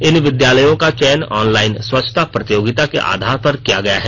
इन विद्यालयों का चयन ऑनलाइन स्वच्छता प्रतियोगिता के आधार पर किया गया है